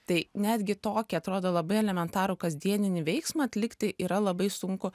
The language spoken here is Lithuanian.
tai netgi tokį atrodo labai elementarų kasdieninį veiksmą atlikti yra labai sunku